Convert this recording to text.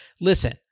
listen